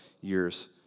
years